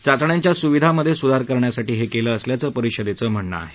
चाचण्यांच्या सुविधा मध्ये सुधार करण्यासाठी हे केलं असल्याचं परिषदेचे म्हणणं आहे